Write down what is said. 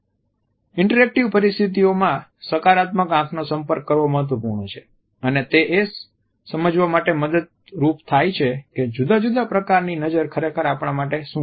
interactive પરિસ્થિતિઓમાં સકારાત્મક આંખનો સંપર્ક કરવો મહત્વપૂર્ણ છે અને તે એ સમજવા માટે મદદરૂપ થાય છે કે જુદા જુદા પ્રકારની નજર ખરેખર આપણા માટે શું છે